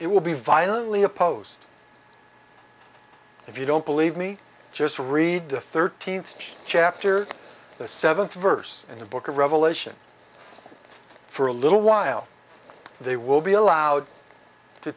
it will be violently opposed if you don't believe me just read the thirteenth chapter the seventh verse in the book of revelation for a little while they will be allowed to